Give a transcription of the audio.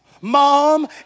mom